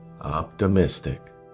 Optimistic